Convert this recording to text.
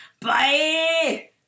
Bye